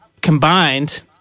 combined